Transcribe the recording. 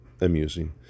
amusing